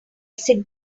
sit